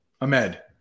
Ahmed